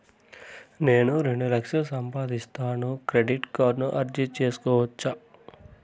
నేను రెండు లక్షలు సంపాదిస్తాను, క్రెడిట్ కార్డుకు అర్జీ సేసుకోవచ్చా?